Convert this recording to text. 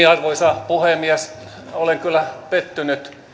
arvoisa puhemies olen kyllä pettynyt